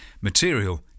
material